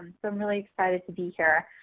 but i'm really excited to be here.